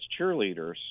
cheerleaders